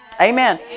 Amen